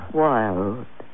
wild